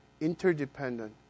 interdependent